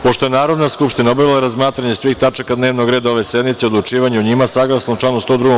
Pošto je Narodna skupština obavila razmatranje svih tačaka dnevnog reda ove sednice i odlučivanje o njima, saglasno članu 102.